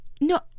No